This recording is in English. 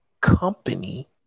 company